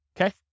okay